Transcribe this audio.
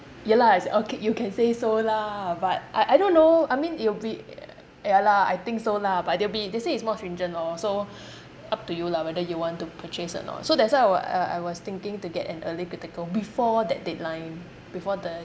ya lah it's oka~ you can say so lah but I I don't know I mean it'll be ya lah I think so lah but they'll be they say it's more stringent lor so up to you lah whether you want to purchase or not so that's why I wa~ I I was thinking to get an early critical before that deadline before the